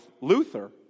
Luther